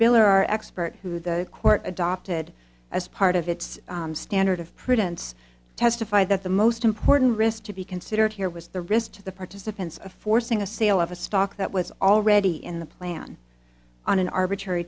beller our expert who the court adopted as part of its standard of prevents testify that the most important risk to be considered here was the risk to the participants of forcing a sale of a stock that was already in the plan on an arbitrary